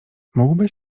mógłbyś